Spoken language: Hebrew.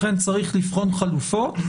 לכן צריך לבחון חלופות.